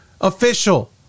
official